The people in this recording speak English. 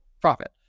profit